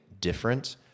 different